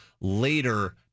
later